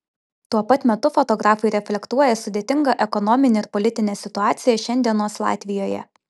tuo pat metu fotografai reflektuoja sudėtingą ekonominę ir politinę situaciją šiandienos latvijoje